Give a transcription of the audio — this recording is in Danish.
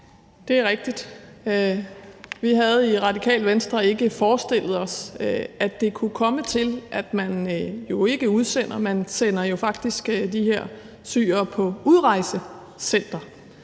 Det er rigtigt; vi havde i Radikale Venstre ikke forestillet os, at det kunne komme dertil, at man ikke udsender de her syrere, for man sender dem jo faktisk på udrejsecenter,